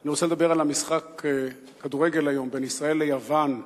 אני רוצה לדבר על משחק הכדורגל בין ישראל ליוון היום,